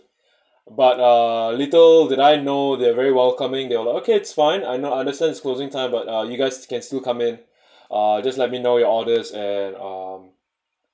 but uh little did I know they're very welcoming they're like okay it's fine I know I understand it's closing time but uh you guys can still come in ah just let me know your orders and um